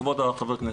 כבר חבר הכנסת,